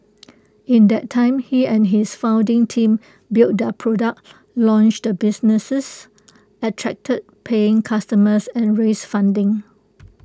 in that time he and his founding team built their product launched the businesses attracted paying customers and raised funding